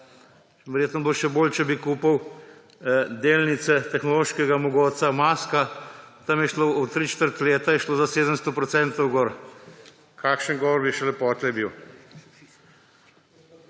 Verjetno bi bilo še bolje, če bi kupil delnice tehnološkega mogotca Muska, tam je šlo v tri četrt leta za 700 procentov gor. Kakšen govor bi šele potlej bil!